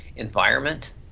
Environment